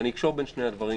ואני אקשור בין שני הדברים,